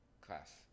Class